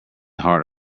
heart